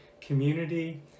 community